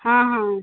हां हां